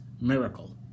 miracle